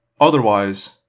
Otherwise